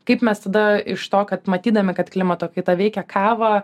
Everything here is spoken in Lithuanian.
kaip mes tada iš to kad matydami kad klimato kaita veikia kavą